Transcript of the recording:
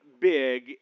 Big